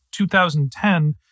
2010